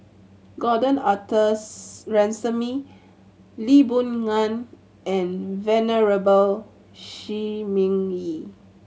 Gordon Arthur Ransome Lee Boon Ngan and Venerable Shi Ming Yi